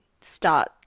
start